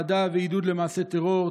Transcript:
אהדה ועידוד למעשי טרור,